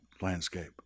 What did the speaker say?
landscape